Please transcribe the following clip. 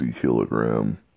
kilogram